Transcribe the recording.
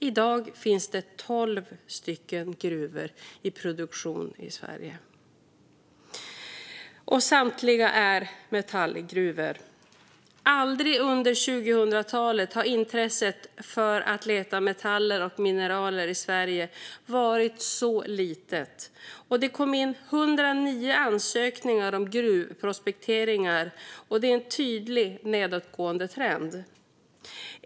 I dag finns det 12 gruvor i produktion i Sverige. Samtliga är metallgruvor. Aldrig tidigare under 2000-talet har intresset för att leta metaller och mineral i Sverige varit så litet. Det kom in 109 ansökningar om gruvprospektering, och det är en tydlig nedåtgående trend.